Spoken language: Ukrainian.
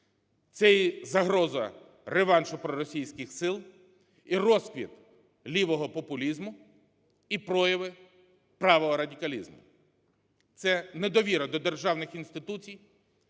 Це і загроза реваншу проросійських сил, і розквіт лівого популізму, і прояви правого радикалізму, це недовіра до державних інституцій,